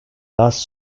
last